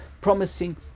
promising